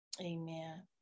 Amen